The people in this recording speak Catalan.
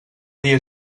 dia